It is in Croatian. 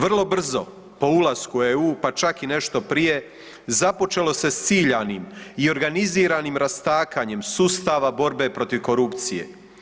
Vrlo brzo po ulasku u EU, pa čak i nešto prije započelo se s ciljanim i organiziranim rastakanjem sustava borbe protiv korupcije.